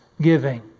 giving